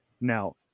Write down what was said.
Now